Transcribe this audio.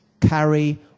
carry